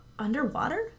Underwater